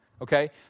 okay